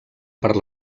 per